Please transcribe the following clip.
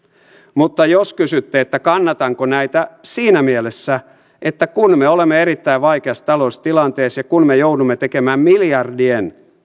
mutta jos kysyitte kannatanko näitä siinä mielessä että kun me olemme erittäin vaikeassa taloudellisessa tilanteessa ja kun me joudumme tekemään miljardien